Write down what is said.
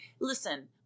listen